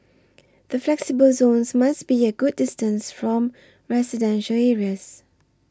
the flexible zones must be a good distance from residential areas